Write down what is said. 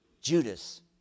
Judas